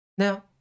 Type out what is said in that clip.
Now